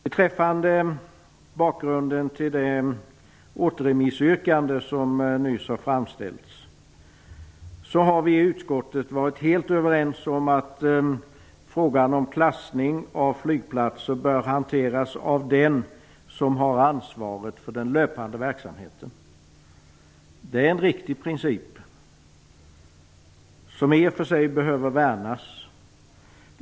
Beträffande bakgrunden till det återremissyrkande som nyss har framställts vill jag säga att vi i utskottet har varit helt överens om att frågan om klassning av flygplatser bör hanteras av den som har ansvaret för den löpande verksamheten. Det är en riktig princip, som i och för sig behöver värnas.